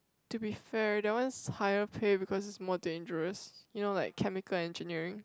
to be fair that one is higher pay because it's more dangerous you know like chemical engineering